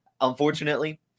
unfortunately